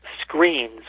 screens